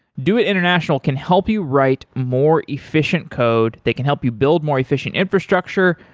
doit international can help you write more efficient code. they can help you build more efficient infrastructure.